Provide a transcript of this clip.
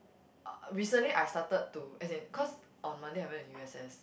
uh recently I started to as in cause on Monday I went to u_s_s